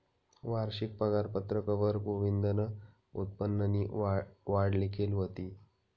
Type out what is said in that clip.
वारशिक पगारपत्रकवर गोविंदनं उत्पन्ननी वाढ लिखेल व्हती